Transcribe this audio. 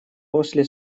после